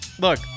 Look